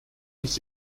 mich